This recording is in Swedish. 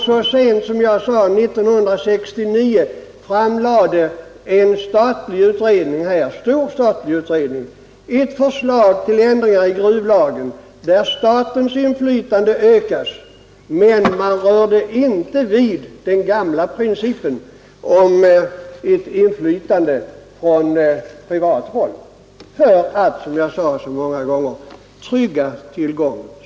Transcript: Så sent som 1969 framlade en stor statlig utredning ett förslag till ändringar i gruvlagen enligt vilket statens inflytande ökas, men man rörde inte vid den gamla principen om inflytande från privat håll, för att, som jag tidigare sade, trygga tillgången.